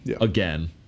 again